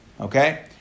Okay